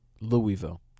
Louisville